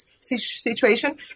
situation